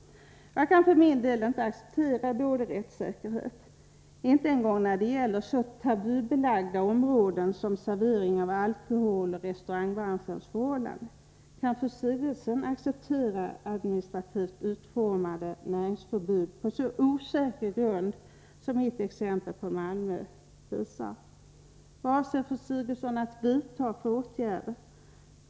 Jag kan för min del inte acceptera dålig rättssäkerhet, inte en gång när det gäller så tabubelagda områden som servering av alkohol och restaurangbranschens förhållanden. Kan fru Sigurdsen acceptera administrativt utformade näringsförbud på så osäker grund som mitt exempel från Malmö visar? Vad avser fru Sigurdsen att vidta för åtgärder?